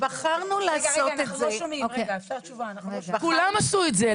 בחרנו לעשות את זה -- כולם עשו את זה.